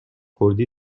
کردی